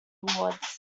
awards